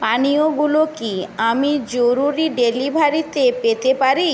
পানীয়গুলো কি আমি জরুরি ডেলিভারিতে পেতে পারি